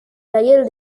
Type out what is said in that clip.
taller